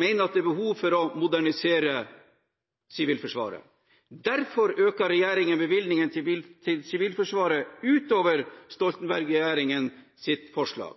det er behov for å modernisere Sivilforsvaret. Derfor øker regjeringen bevilgningene til Sivilforsvaret utover Stoltenberg-regjeringens forslag.